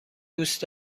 دوست